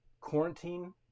quarantine